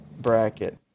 bracket